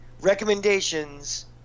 recommendations